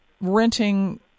renting